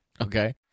Okay